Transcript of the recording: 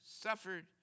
suffered